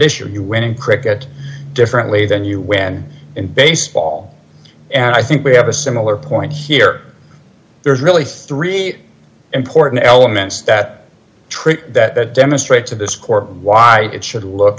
issue you win in cricket differently than you win in baseball and i think we have a similar point here there's really three important elements that trip that demonstrate to this court why it should look